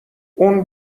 اون